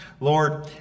Lord